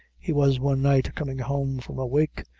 he was one night coming home from a wake,